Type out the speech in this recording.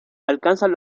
alcanzan